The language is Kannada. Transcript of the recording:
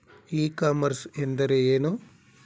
ಇ ಕಾಮರ್ಸ್ ಎಂದರೆ ಏನು?